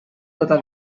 tota